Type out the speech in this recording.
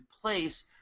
place